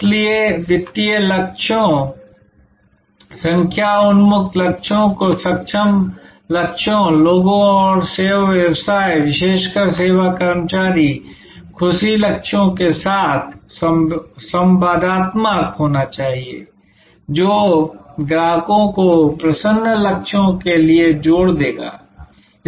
इसलिए वित्तीय लक्ष्यों संख्या उन्मुख लक्ष्यों को सक्षम लक्ष्यों लोगों और सेवा व्यवसाय विशेषकर सेवा कर्मचारी खुशी लक्ष्यों के साथ संवादIत्मक होना चाहिए जो ग्राहकों को प्रसन्न लक्ष्यों के लिए जोड़ देगा